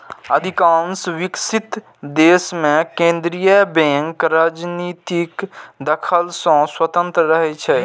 अधिकांश विकसित देश मे केंद्रीय बैंक राजनीतिक दखल सं स्वतंत्र रहै छै